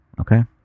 Okay